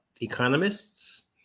economists